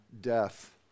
death